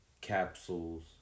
capsules